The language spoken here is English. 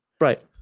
right